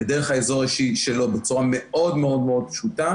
ודרך האזור האישי שלו בצורה מאוד מאוד פשוטה